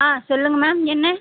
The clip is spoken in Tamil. ஆ சொல்லுங்கள் மேம் என்ன